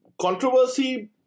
controversy